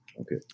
Okay